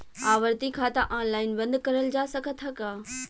आवर्ती खाता ऑनलाइन बन्द करल जा सकत ह का?